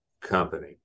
company